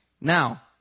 now